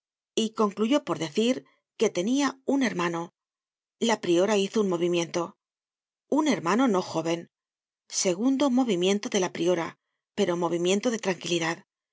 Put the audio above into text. y concluyó por decir que tenia un hermano la priora hizo un movimiento un hermano no jóven segundo movimiento de la priora pero movimiento de tranquilidad